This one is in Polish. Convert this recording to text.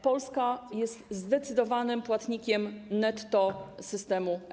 Polska jest zdecydowanym płatnikiem netto systemu ETS.